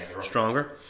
Stronger